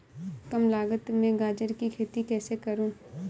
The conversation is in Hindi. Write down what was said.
कम लागत में गाजर की खेती कैसे करूँ?